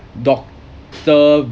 doctor